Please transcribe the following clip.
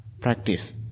practice